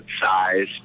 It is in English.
size